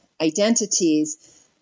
identities